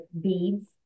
beads